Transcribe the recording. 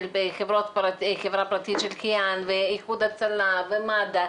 חברה פרטית של חייאן ואיחוד הצלה ומד"א,